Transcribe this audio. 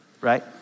right